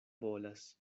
bolas